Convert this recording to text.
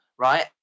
right